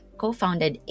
co-founded